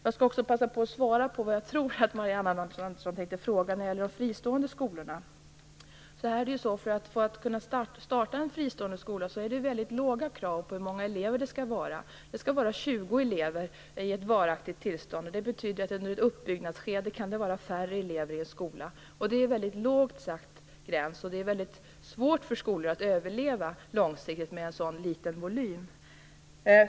Jag skall också passa på att svara på det jag tror att Marianne Andersson tänkte fråga när det gäller de fristående skolorna. Kraven på hur många elever det skall vara för att man skall kunna starta en fristående skola är väldigt låga. Det skall vara 20 elever i ett varaktigt tillstånd. Det betyder att det under ett uppbyggnadsskede kan vara färre elever i en skola. Det är en väldigt lågt satt gräns, och det är väldigt svårt för skolor att långsiktigt överleva med en så liten volym.